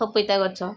ପପିତା ଗଛ